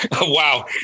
wow